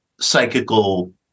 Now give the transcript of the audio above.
psychical